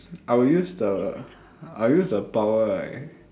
I will use the I will use the power right